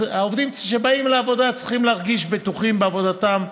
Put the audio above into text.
העובדים שבאים לעבודה צריכים להרגיש בטוחים בעבודתם.